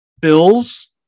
Bills